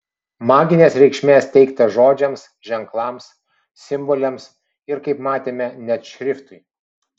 maginės reikšmės teikta žodžiams ženklams simboliams ir kaip matėme net šriftui